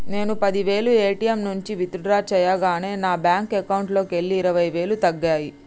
నేను పది వేలు ఏ.టీ.యం నుంచి విత్ డ్రా చేయగా నా బ్యేంకు అకౌంట్లోకెళ్ళి ఇరవై వేలు తగ్గాయి